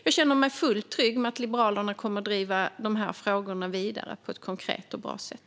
Jag känner mig fullt trygg med att Liberalerna kommer att driva dessa frågor vidare på ett konkret och bra sätt.